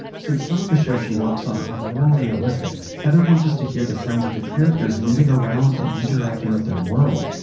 since some of the shows she works on are more realistic, heather wants us to hear the sounds of the characters moving around and interacting with their world.